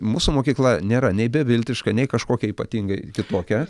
mūsų mokykla nėra nei beviltiška nei kažkokia ypatingai kitokia